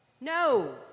No